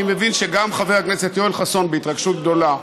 אני מבין שגם חבר הכנסת יואל חסון בהתרגשות גדולה.